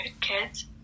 kids